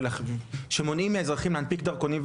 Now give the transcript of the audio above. שמונעים מאזרחים להנפיק דרכונים,